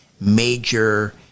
major